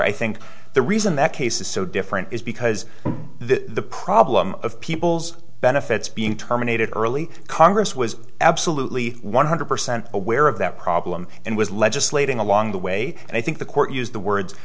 i think the reason that case is so different is because the problem of people's benefits being terminated early congress was absolutely one hundred percent aware of that problem and was legislating along the way and i think the court used the words